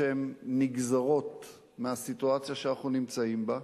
שנגזרות מהסיטואציה שאנחנו נמצאים בה,